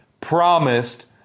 promised